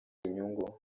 inyungu